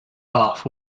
off